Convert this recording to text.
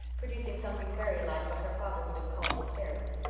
producing something very like what her father would have called hysterics.